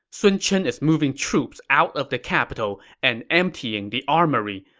sun chen is moving troops out of the capital and emptying the armory.